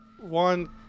One